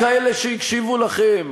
כאלה שהקשיבו לכם,